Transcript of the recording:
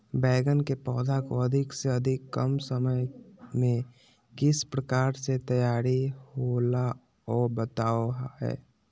बैगन के पौधा को अधिक से अधिक कम समय में किस प्रकार से तैयारियां होला औ बताबो है?